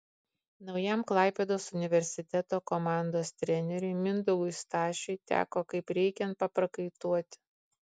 naujam klaipėdos universiteto komandos treneriui mindaugui stašiui teko kaip reikiant paprakaituoti